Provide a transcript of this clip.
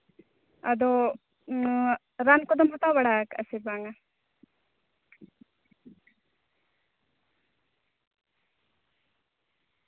ᱟᱫᱚ ᱨᱟᱱ ᱠᱚᱫᱚᱢ ᱦᱟᱛᱟᱣ ᱵᱟᱲᱟ ᱟᱠᱟᱫᱟ ᱥᱮ ᱵᱟᱝᱟ